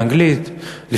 באנגלית,